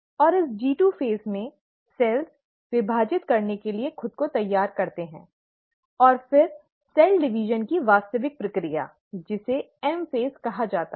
और इस G 2 phase में कोशिकाएं विभाजित करने के लिए खुद को तैयार करती हैं और फिर कोशिका विभाजन की वास्तविक प्रक्रिया जिसे एम चरण कहा जाता है